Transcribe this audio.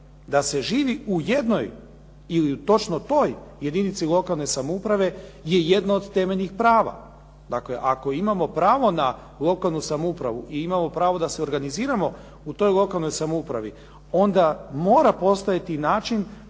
da se živi u jednoj ili točno toj jedinici lokalne samouprave je jedno od temeljnih prava. Dakle, ako imamo pravo na lokalnu samoupravu i imamo pravo da se organiziramo u toj lokalnoj samoupravi, onda mora postojati način